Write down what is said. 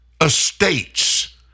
estates